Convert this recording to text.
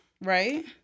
Right